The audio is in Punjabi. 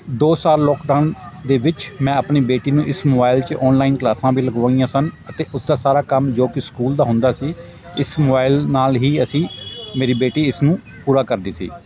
ਦੋ ਸਾਲ ਲੋਕਡਾਊਨ ਦੇ ਵਿੱਚ ਮੈਂ ਆਪਣੀ ਬੇਟੀ ਨੂੰ ਇਸ ਮੋਬਾਇਲ 'ਚ ਔਨਲਾਈਨ ਕਲਾਸਾਂ ਵੀ ਲਗਵਾਈਆਂ ਸਨ ਅਤੇ ਉਸਦਾ ਸਾਰਾ ਕੰਮ ਜੋ ਕਿ ਸਕੂਲ ਦਾ ਹੁੰਦਾ ਸੀ ਇਸ ਮੋਬਾਈਲ ਨਾਲ ਹੀ ਅਸੀਂ ਮੇਰੀ ਬੇਟੀ ਇਸਨੂੰ ਪੂਰਾ ਕਰਦੀ ਸੀ